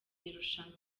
irushanwa